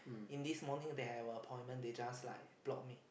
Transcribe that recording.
in this morning they have appointment they just like block me